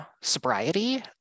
sobriety